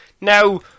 Now